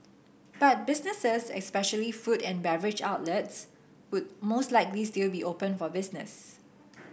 but businesses especially food and beverage outlets would most likely still be open for business